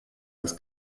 als